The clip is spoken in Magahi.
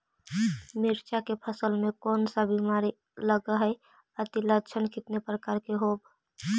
मीरचा के फसल मे कोन सा बीमारी लगहय, अती लक्षण कितने प्रकार के होब?